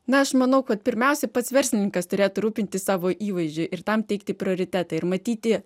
na aš manau kad pirmiausia pats verslininkas turėtų rūpintis savo įvaizdžiu ir tam teikti prioritetą ir matyti